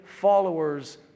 followers